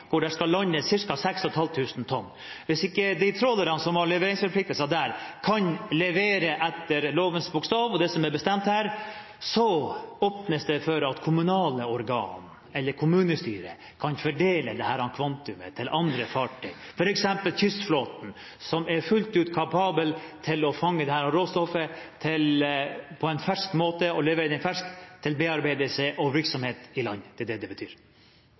hvor det skal landes ca. 6 500 tonn, ikke kan levere etter lovens bokstav og det som er bestemt her, åpnes det for at kommunale organer, kommunestyret, kan fordele dette kvantumet til andre fartøy, f.eks. kystflåten, som er fullt ut kapabel til å fange dette råstoffet og levere det ferskt til bearbeidelse og virksomhet i land. Det er det det betyr.